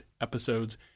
episodes